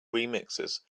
remixes